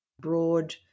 broad